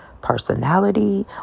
personality